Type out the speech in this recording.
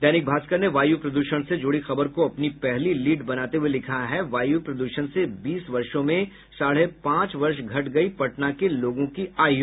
दैनिक भास्कर ने वायु प्रदूषण से जुड़ी खबर को अपनी पहली लीड बनाते हुये लिखा है वायु प्रद्षण से बीस वर्षो में साढ़े पांच वर्ष घट गई पटना के लोगों की आयु